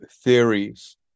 theories